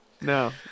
No